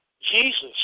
Jesus